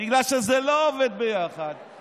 בגלל שזה לא עובד ביחד,